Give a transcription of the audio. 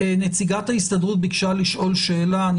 נציגת ההסתדרות ביקשה לשאול שאלה ואני